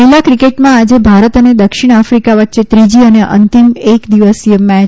મહિલા ક્રિકેટમાં આજે ભારત અને દક્ષિણ આફિકા વચ્ચે ત્રીજી અને અંતિમ એક દિવસીય મેય